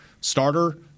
starter